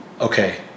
okay